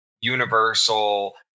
Universal